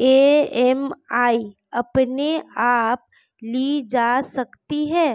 EMI अपने आप ली जा सकती है?